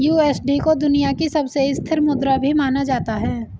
USD को दुनिया की सबसे स्थिर मुद्रा भी माना जाता है